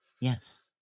Yes